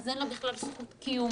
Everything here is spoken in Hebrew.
אז אין לה בכלל זכות קיום